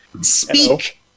speak